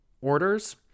orders